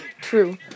True